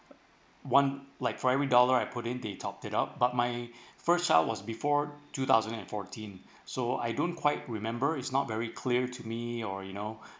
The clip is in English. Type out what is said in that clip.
one like for every dollar I put it they top it up but my first child was before two thousand and fourteen so I don't quite remember is not very clear to me or you know